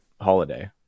holiday